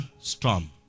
storm